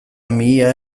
mihia